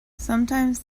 sometimes